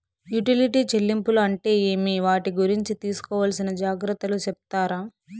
Utility చెల్లింపులు అంటే ఏమి? వాటి గురించి తీసుకోవాల్సిన జాగ్రత్తలు సెప్తారా?